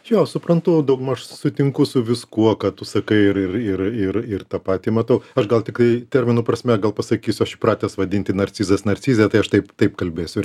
jo suprantu daugmaž sutinku su viskuo ką tu sakai ir ir ir ir tą patį matau aš gal tikai termino prasme gal pasakysiu aš įpratęs vadinti narcizas narcizė tai aš taip taip kalbėsiu